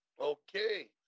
Okay